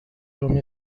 امین